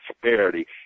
prosperity